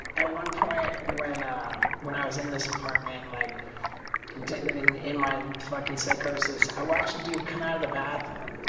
at one point when when i was in this apartment and like denman in in mind fucking psychosis. i want you to come out of the bathroom